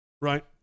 right